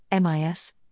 MIS